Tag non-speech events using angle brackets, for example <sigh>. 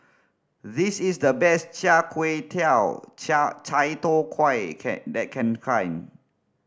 this is the best char kuih tiao char Chai Tow Kuay can that can <unintelligible>